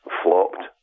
flopped